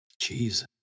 jesus